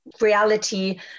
reality